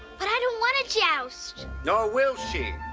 but i don't want to joust. nor will she.